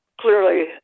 clearly